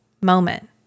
moment